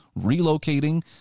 relocating